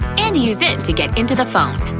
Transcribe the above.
and use it to get into the phone!